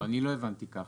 לא, אני לא הבנתי ככה.